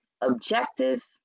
objective